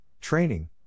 training